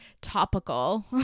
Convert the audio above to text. topical